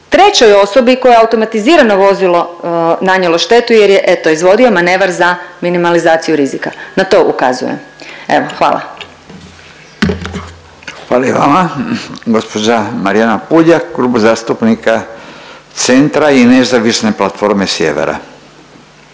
trećoj osobi kojoj je automatizirano vozilo nanijelo štetu jer je eto izvodio manevar za minimalizaciju rizika, na to ukazujem, evo hvala. **Radin, Furio (Nezavisni)** Hvala i vama. Gđa. Marijana Puljak, Klub zastupnika Centra i Nezavisne platforme Sjevera,